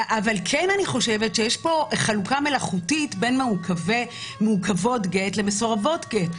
אבל אני חושבת שיש פה חלוקה מלאכותית בין מעוכבות גט למסורבות גט.